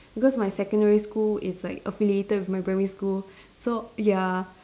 because my secondary school is like affiliated with my primary school so ya